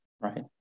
Right